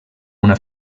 una